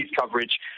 coverage